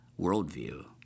worldview